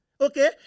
okay